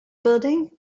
building